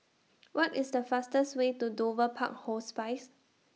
What IS The fastest Way to Dover Park Hospice